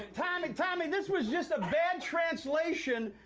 and tommy, tommy, this was just a bad translation.